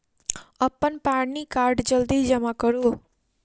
अप्पन पानि कार्ड जल्दी जमा करू?